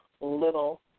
little